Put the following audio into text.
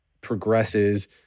progresses